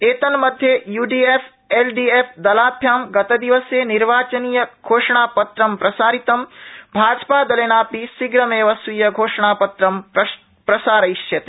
एतन्मध्ये UDF LDF दलाभ्यां गतविसे निर्वाचनीय घोषणापत्रं प्रसारितम भाजपादलेनापि शीघ्रमेव स्वीय घोषणापत्रं प्रसारयिष्यते